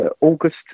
August